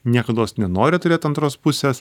niekados nenori turėt antros pusės